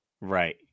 Right